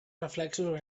reflexos